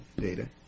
data